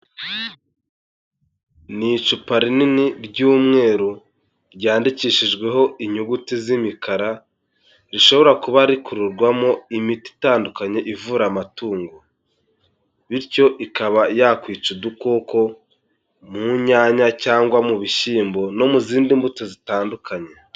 Ni icupa rinini ry'umweru ryandikishijweho inyuguti z'imikara rishobora kuba rikururwamo imiti itandukanye ivura amatungo bityo ikaba yakwica udukoko mu nyanya cyangwa mu bishyimbo no mu zindi mbuto zitandukanye.